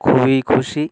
খুবই খুশি